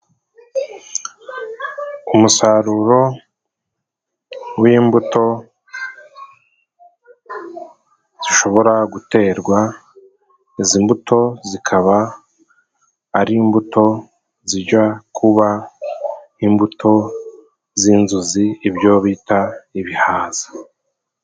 Umusaruro w'imbuto zishobora guterwa. Izi mbuto zikaba ari imbuto zijya kuba imbuto z'inzuzi, ibyo bita ibihaza.